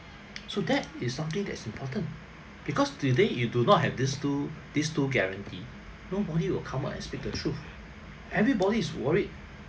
so that is something that's important because today you do not have this two this two guarantee nobody will come out and speak the truth everybody's worried